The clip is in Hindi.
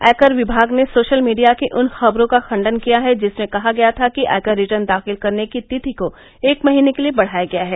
आयकर विभाग ने सोशल मीडिया की उन खबरों का खण्डन किया है जिसमें कहा गया था कि आयकर रिटर्न दाखिल करने की तिथि को एक महीने के लिए बढ़ाया गया है